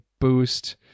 boost